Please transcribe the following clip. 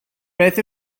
beth